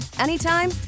anytime